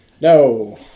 No